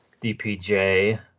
dpj